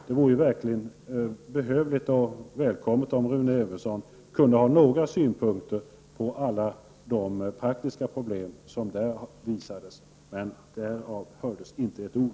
Det vore verkligen behövligt och välkommet om Rune Evensson hade några synpunkter på alla de praktiska problem som då framkom. Men därav hördes inte ett ord.